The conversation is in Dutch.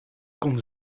kon